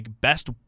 best